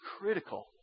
critical